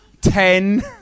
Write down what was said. ten